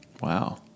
Wow